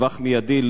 בטווח המיידי,